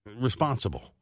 responsible